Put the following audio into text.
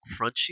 crunchy